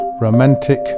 romantic